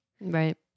Right